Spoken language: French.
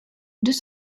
deux